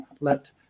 let